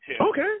Okay